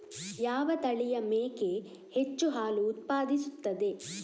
ಯಾವ ತಳಿಯ ಮೇಕೆ ಹೆಚ್ಚು ಹಾಲು ಉತ್ಪಾದಿಸುತ್ತದೆ?